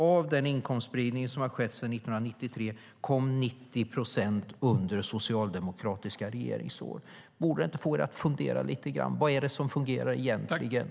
Av den inkomstspridning som har skett sedan 1993 skedde 90 procent under socialdemokratiska regeringsår. Borde det inte få er att fundera lite grann: Vad är det egentligen som fungerar?